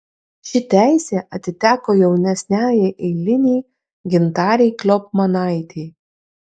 ši teisė atiteko jaunesniajai eilinei gintarei kliopmanaitei